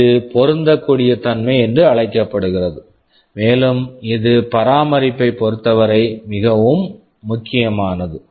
இது பொருந்தக்கூடிய தன்மை என்று அழைக்கப்படுகிறது மேலும் இது பராமரிப்பைப் பொறுத்தவரை மிகவும் முக்கியமானது